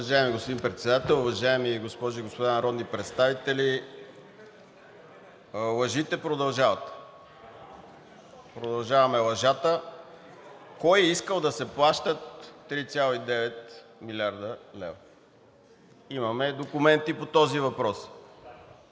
Уважаеми господин Председател, уважаеми госпожи и господа народни представители! Лъжите продължават, продължаваме лъжата. Кой е искал да се плащат 3,9 млрд. лв.? Имаме документи по този въпрос.